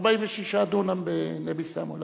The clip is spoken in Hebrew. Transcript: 46 דונם בנבי-סמואל.